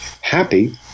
Happy